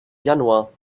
januar